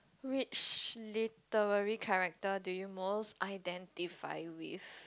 which literary character do you most identify with